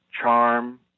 charm